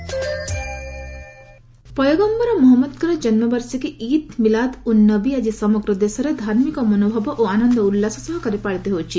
ଇଦ୍ ମିଲାଦ୍ ଉନ୍ ନବୀ ପୟଗମ୍ଭର ମହମ୍ମଦଙ୍କର ଜନ୍ମବାର୍ଷିକୀ ଇଦ୍ ମିଲାଦ୍ ଉନ୍ ନବୀ ଆଜି ସମଗ୍ର ଦେଶରେ ଧାର୍ମିକ ମନୋଭାବ ଓ ଆନନ୍ଦ ଉଲ୍ଲାସ ସହକାରେ ପାଳିତ ହେଉଛି